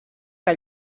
que